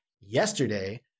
Yesterday